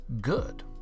good